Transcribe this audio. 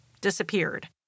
disappeared